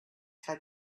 had